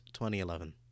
2011